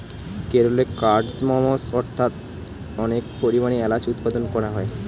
কেরলে কার্ডমমস্ অর্থাৎ অনেক পরিমাণে এলাচ উৎপাদন করা হয়